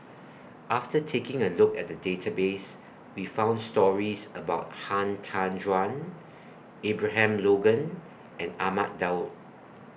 after taking A Look At The Database We found stories about Han Tan Juan Abraham Logan and Ahmad Daud